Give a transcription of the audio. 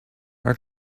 are